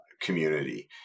community